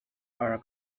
are